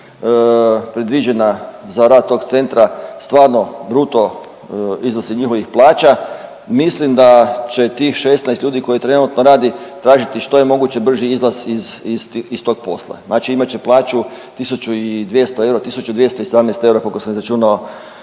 predviđena za rad tog centra stvarno bruto iznosi njihovih plaća, mislim da će tih 16 ljudi koji trenutno radi tražiti što je moguće brži izlaz iz tog posla, znači imat će plaću 1.200 eura, 1.217 eura koliko sam izračunao